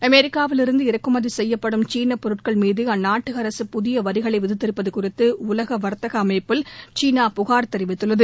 அமெரிக்காவிலிருந்து இறக்குமதி செய்யப்படும் சீனப்பொருட்கள் மீது அற்நாட்டு அரசு புதிய வரிகளை விதித்திருப்பது குறித்து உலக வர்த்தக அமைப்பில் சீனா புகார் தெரிவித்துள்ளது